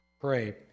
pray